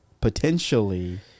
potentially